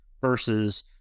versus